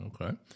Okay